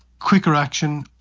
quicker action,